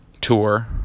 tour